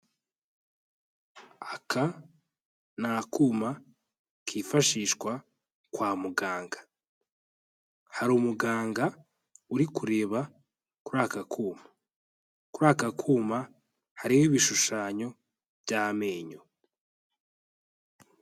Aka ni akuma kifashishwa kwa muganga. Hari umuganga uri kureba kuri aka kuma. Kuri aka kuma, hariho ibishushanyo by'amenyo.